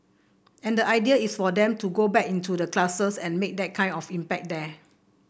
and the idea is for them to go back into the classes and make that kind of impact there